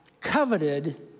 coveted